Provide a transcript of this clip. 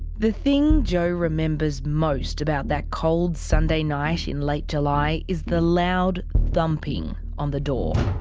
the thing joe remembers most about that cold sunday night in late july is the loud thumping on the door.